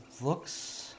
looks